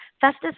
Festus